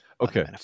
Okay